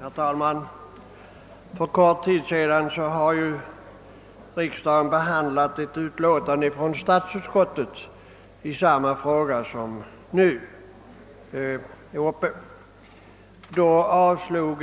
Herr talman! För kort tid sedan behandlade riksdagen ett utlåtande från statsutskottet i den fråga som nu är uppe. Då avslog